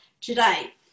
today